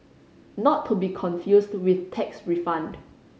not to be confused with tax refund